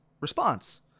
response